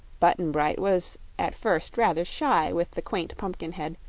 button-bright was at first rather shy with the quaint pumpkinhead,